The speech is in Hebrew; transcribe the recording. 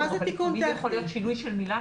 יכול להיות שינוי של מילה,